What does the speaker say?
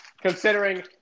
Considering